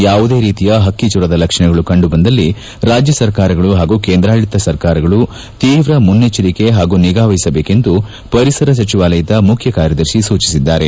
ಯಾವುದೇ ರೀತಿಯ ಪಕ್ಷಿಜ್ತರದ ಲಕ್ಷಣಗಳು ಕಂಡು ಬಂದಲ್ಲಿ ರಾಜ್ತ ಸರ್ಕಾರಗಳು ಹಾಗೂ ಕೇಂದ್ರಾಡಳಿತ ಸರ್ಕಾರಗಳು ಶೀವ್ ಮುನ್ನೆಚ್ಚರಿಕೆ ಹಾಗೂ ನಿಗಾ ವಹಿಸಬೇಕೆಂದು ಪರಿಸರ ಸಚಿವಾಲಯದ ಮುಖ್ಯ ಕಾರ್ಯದರ್ಶಿ ಸೂಚಿಸಿದ್ಲಾರೆ